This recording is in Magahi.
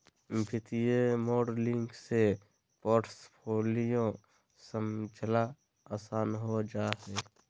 वित्तीय मॉडलिंग से पोर्टफोलियो समझला आसान हो जा हय